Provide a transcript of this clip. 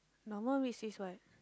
normal means is what